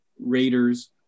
Raiders